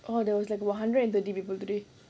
oh there was like one hundred and thirty people today